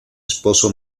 esposo